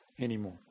anymore